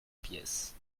pièce